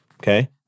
Okay